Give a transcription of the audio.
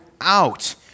out